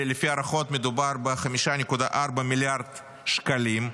לפי הערכות, מדובר ב-5.4 מיליארד שקלים,